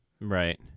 right